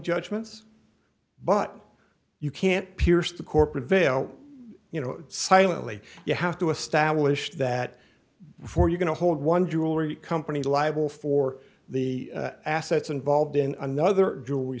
judgments but you can't pierce the corporate veil you know silently you have to establish that before you going to hold one jewelry company liable for the assets involved in another jewelry